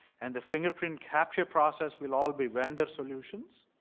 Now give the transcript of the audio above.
and the fingerprint capture process will all be vendor solutions.